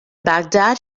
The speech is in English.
baghdad